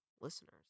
listeners